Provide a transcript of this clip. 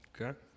Okay